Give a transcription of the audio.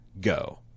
Go